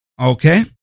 Okay